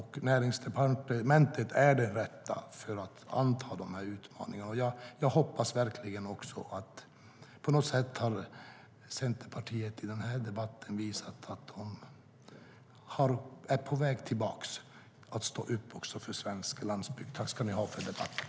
Näringsdepartementet är det rätta departementet för att anta utmaningarna. På något sätt har Centerpartiet i den här debatten visat att man är på väg tillbaka och står upp också för svensk landsbygd.